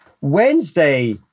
Wednesday